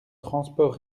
transport